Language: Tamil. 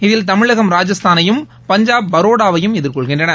இதில் தமிழகம் ராஜஸ்தானையும் பஞ்சாப் பரோடாவையும் எதிர்கொள்கின்றன